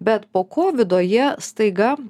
bet po kovido jie staiga